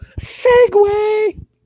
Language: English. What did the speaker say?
Segway